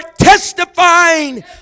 testifying